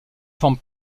forme